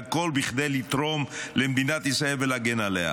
והכול בכדי לתרום למדינת ישראל ולהגן עליה.